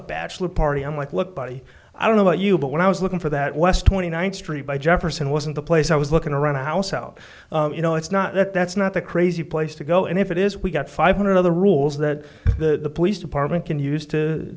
a bachelor party i'm like look buddy i don't know about you but when i was looking for that west twenty ninth street by jefferson wasn't the place i was looking around a house out you know it's not that that's not the crazy place to go and if it is we've got five hundred other rules that the police department can use to